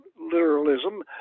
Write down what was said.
literalism